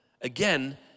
again